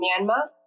Myanmar